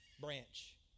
branch